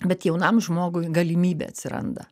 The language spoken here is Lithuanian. bet jaunam žmogui galimybė atsiranda